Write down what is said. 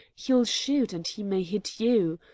he'll shoot, and he may hit you.